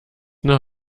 noch